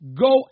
go